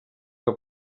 que